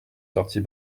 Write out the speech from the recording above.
sortit